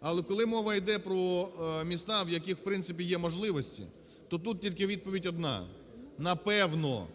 Але, коли мова йде про міста, в яких в принципі є можливості, то тут тільки відповідь одна, напевно,